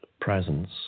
presence